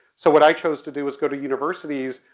so what i chose to do was go to universities,